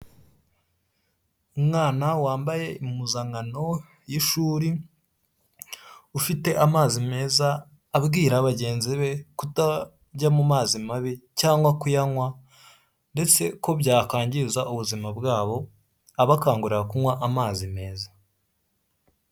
Umwana wambaye impuzankano y'ishuri ufite amazi meza abwira bagenzi be kutajya mu mazi mabi cyangwa kuyanywa ndetse ko byakangiza ubuzima bwabo abakangurira kunywa amazi meza.